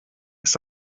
ist